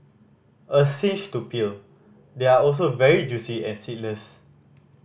a cinch to peel they are also very juicy and seedless